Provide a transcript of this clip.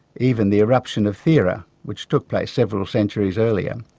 even the eruption of thera, which took place several centuries earlier.